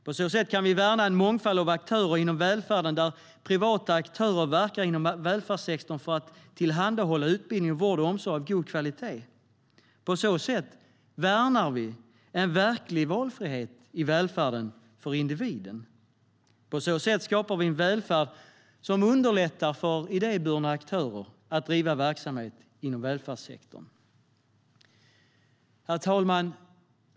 På så sätt värnar vi en mångfald av aktörer inom välfärden där privata aktörer verkar inom välfärdssektorn för att tillhandahålla utbildning, vård och omsorg av god kvalitet. På så sätt värnar vi en verklig valfrihet i välfärden för individen. På så sätt skapar vi en välfärd som underlättar för idéburna aktörer att driva verksamhet inom välfärdssektorn. Herr talman!